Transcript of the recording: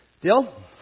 deal